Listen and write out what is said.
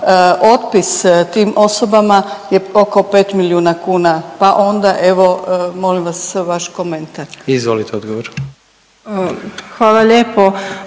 otpis tim osobama je oko 5 milijuna kuna, pa onda evo molim vas vaš komentar. **Jandroković,